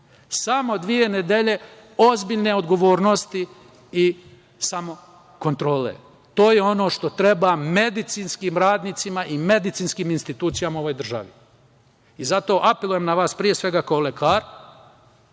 Samo dve nedelje ozbiljne odgovornosti i samokontrole. To je ono što treba medicinskim radnicima i medicinskim institucijama u ovoj državi. Zato apelujem na vas, pre svega kao lekar,